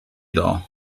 doll